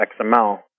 XML